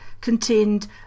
contained